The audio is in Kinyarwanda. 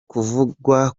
kuvugwa